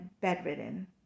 bedridden